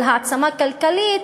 על העצמה כלכלית,